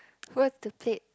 what to pick